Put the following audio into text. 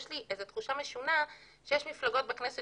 יש לי איזו תחושה משונה שיש מפלגות בכנסת